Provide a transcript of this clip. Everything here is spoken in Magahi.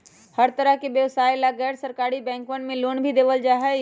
हर तरह के व्यवसाय ला गैर सरकारी बैंकवन मे लोन भी देवल जाहई